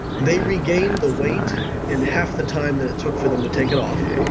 they regained the weight in half the time that it took for them to take it off.